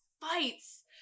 fights